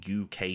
UK